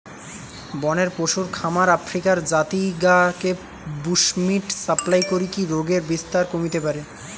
বনের পশুর খামার আফ্রিকার জাতি গা কে বুশ্মিট সাপ্লাই করিকি রোগের বিস্তার কমিতে পারে